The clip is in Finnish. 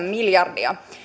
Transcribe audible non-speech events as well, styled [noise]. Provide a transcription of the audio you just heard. [unintelligible] miljardia